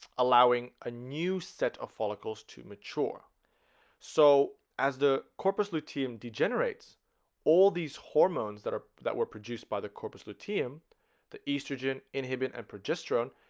allowing a new set of follicles to mature so as the corpus luteum degenerates all these hormones that are that were produced by the corpus luteum the estrogen, inhibin and progesterone,